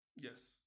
Yes